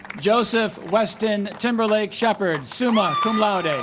joseph weston timberlake shepherd summa cum laude